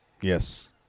Yes